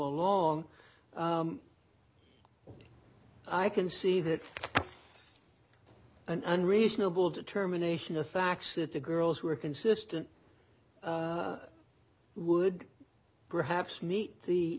along i can see that an unreasonable determination of facts that the girls were consistent would perhaps meet the